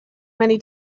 many